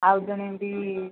ଆଉ ଜଣେ ବି